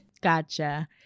Gotcha